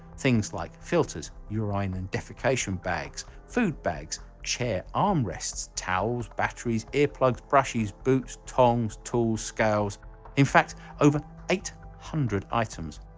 things like filters, urine and defecation bags, food bags, chair arm rests, towels, batteries, earplugs, brushes, boots, tongs, tools, scales in fact over eight hundred items.